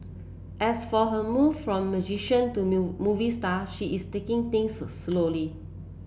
as for her move from musician to new movie star she is taking things slowly